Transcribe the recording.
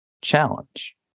challenge